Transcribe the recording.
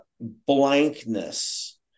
blankness